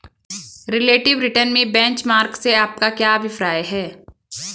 Relative return में benchmark से आपका क्या अभिप्राय है?